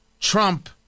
Trump